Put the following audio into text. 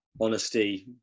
Honesty